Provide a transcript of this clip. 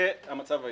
זה המצב היום.